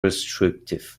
restrictive